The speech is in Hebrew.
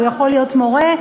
הוא יכול להיות מורה,